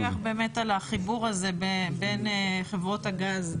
מי מפקח על החיבור הזה בין חברות הגז?